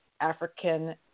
African